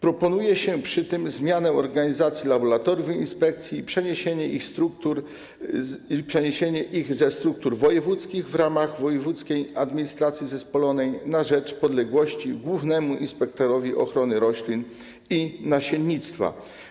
Proponuje się przy tym zmianę organizacji laboratoriów inspekcji i przeniesienie ich ze struktur wojewódzkich w ramach wojewódzkiej administracji zespolonej na rzecz podległości głównemu inspektorowi ochrony roślin i nasiennictwa.